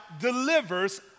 delivers